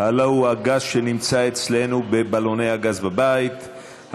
הלוא הוא הגז שנמצא אצלנו בבלוני הגז בבית,